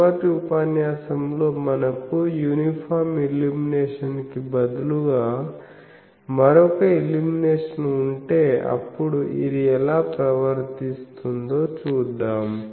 తరువాతి ఉపన్యాసంలో మనకు యూనిఫామ్ ఇల్యూమినేషన్ కి బదులుగా మరొక ఇల్యూమినేషన్ ఉంటే అప్పుడు ఇది ఎలా ప్రవర్తిస్తుందో చూద్దాం